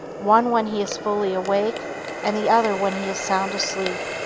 one when he is fully awake and the other when he is sound asleep.